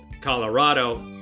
Colorado